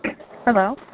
Hello